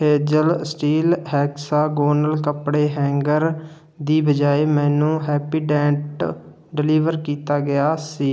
Hazel steel hexagonal ਕੱਪੜੇ hanger ਦੀ ਬਜਾਏ ਮੈਨੂੰ ਹੈਪੀਡੈਂਟ ਡਲੀਵਰ ਕੀਤਾ ਗਿਆ ਸੀ